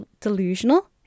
delusional